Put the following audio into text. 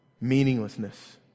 meaninglessness